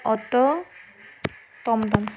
auto টমটম